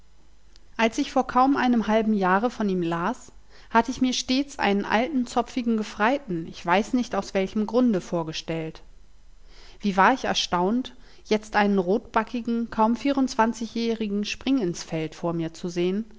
als ich vor kaum einem halben jahre von ihm las hatt ich mir stets einen alten zopfigen gefreiten ich weiß nicht aus welchem grunde vorgestellt wie war ich erstaunt jetzt einen rotbackigen kaum zwanzigjährigen springinsfeld vor mir zu sehn